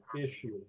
issue